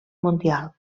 mundial